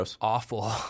awful